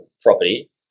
property